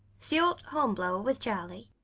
see old hornblower with chearlie?